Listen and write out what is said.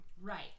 Right